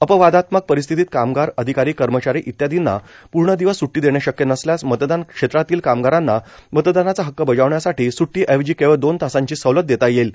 अपवादात्मक परिस्थितीत कामगार अधिकारी कर्मचारी इत्यादींना पूर्ण दिवस सूट्टी देणे शक्य नसल्यास मतदान क्षेत्रातील कामगारांना मतदानाचा हक्क बजावण्यासाठी सुट्टी ऐवजी केवळ दोन तासांची सवलत देता येईल